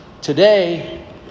today